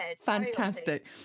Fantastic